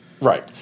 Right